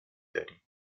داریم